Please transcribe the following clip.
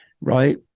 right